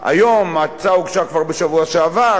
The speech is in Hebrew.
ההצעה הוגשה כבר בשבוע שעבר,